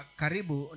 karibu